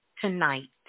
tonight